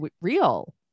real